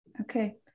Okay